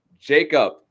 Jacob